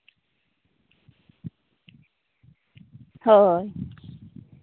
ᱦᱳᱭ